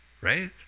right